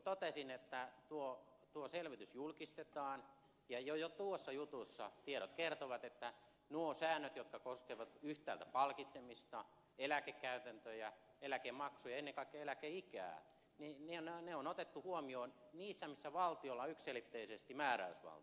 niin kuin totesin tuo selvitys julkistetaan ja jo tuossa jutussa tiedot kertovat että nuo säännöt jotka koskevat yhtäältä palkitsemista eläkekäytäntöjä eläkemaksuja ja ennen kaikkea eläkeikää on otettu huomioon niissä tapauksissa joissa valtiolla on yksiselitteisesti määräysvalta